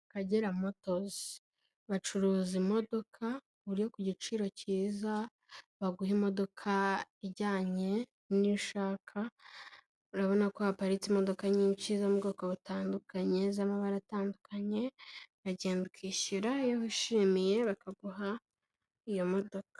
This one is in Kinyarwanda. Akagera Motozi, bacuruza imodoka ku buryo ku giciro kiza baguha imodoka ijyanye n'iiyo ushaka, urabona ko haparitse imodoka nyinshi zo mu bwoko butandukanye, z'amabara atandukanye, uragenda ukishyura iyo wishimiye bakaguha iyo modoka.